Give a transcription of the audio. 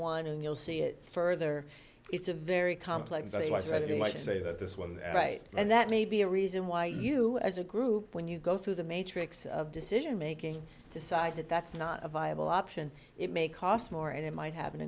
one and you'll see it further it's a very complex i was ready to say that this one that's right and that may be a reason why you as a group when you go through the matrix of decision making decide that that's not a viable option it may cost more and it might have an